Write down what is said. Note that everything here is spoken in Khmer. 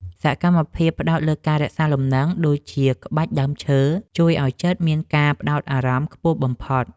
សកម្មភាពផ្ដោតលើការរក្សាលំនឹង ដូចជាក្បាច់ដើមឈើ ជួយឱ្យចិត្តមានការផ្ដោតអារម្មណ៍ខ្ពស់បំផុត។